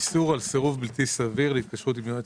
28א.איסור על סירוב בלתי סביר להתקשרות עם יועץ